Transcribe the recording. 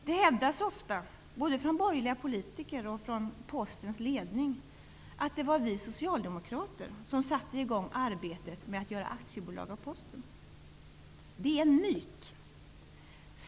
Det hävdas ofta både från borgerliga politiker och från Postens ledning att det var vi socialdemokrater som satte i gång arbetet med att göra aktiebolag av Posten. Det är en myt.